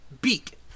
Beak